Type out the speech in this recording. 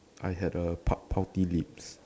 I had a pup poppy lids